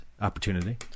opportunity